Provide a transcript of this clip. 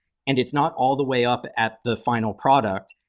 and it's not all the way up at the final product.